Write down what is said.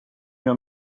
your